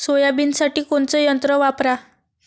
सोयाबीनसाठी कोनचं यंत्र वापरा?